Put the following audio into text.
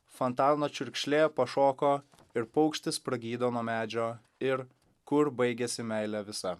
fontano čiurkšlė pašoko ir paukštis pragydo nuo medžio ir kur baigiasi meilė visa